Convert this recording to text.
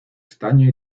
estaño